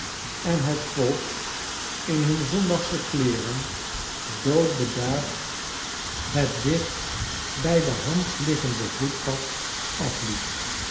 en het volk in hun zondagsche kleeren doodbedaard het dicht bij de hand liggende voetpad afliep